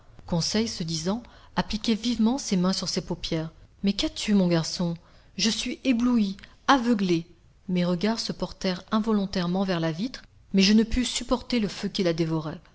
conseil ce disant appliquait vivement ses mains sur ses paupières mais qu'as-tu mon garçon je suis ébloui aveuglé mes regards se portèrent involontairement vers la vitre mais je ne pus supporter le feu qui la dévorait